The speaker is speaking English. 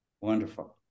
Wonderful